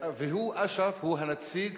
אש"ף, ואש"ף הוא הנציג